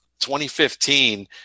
2015